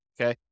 okay